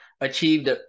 achieved